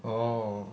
orh